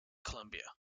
columbia